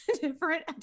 different